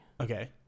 Okay